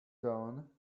done